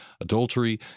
adultery